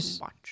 watch